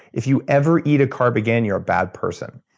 if you ever eat a carb again you're a bad person.